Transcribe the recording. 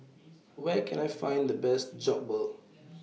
Where Can I Find The Best Jokbal